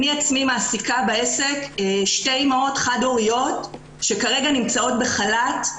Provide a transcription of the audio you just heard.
אני עצמי מעסיקה בעסק שתי אימהות חד-הוריות שכרגע נמצאות בחל"ת.